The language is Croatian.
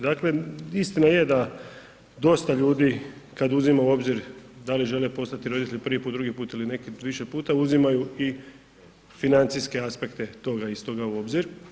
Dakle, istina je da dosta ljudi kad uzima u obzir da li žele postati roditelji prvi put, drugi put ili neki više puta uzimaju i financijske aspekte toga istoga u obzir.